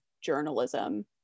journalism